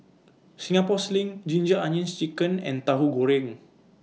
Singapore Sling Ginger Onions Chicken and Tahu Goreng